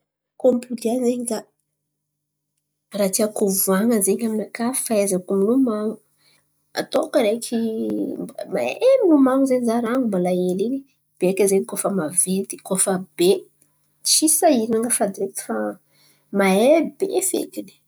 Koa ampody an̈y zen̈y za, raha tiako hivohan̈a zen̈y aminakà fahaizako milomôn̈o, atôko areky mba mahay milomon̈o zen̈y za rango mbala hely in̈y. Beka zen̈y koa fa maventy, koa fa be tsy sahiran̈a fa direkity fa mahay be fekiny.